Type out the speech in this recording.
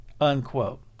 Unquote